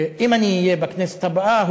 אם אני אהיה בכנסת הבאה,